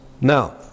Now